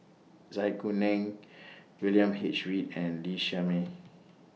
Zai Kuning William H Read and Lee Shermay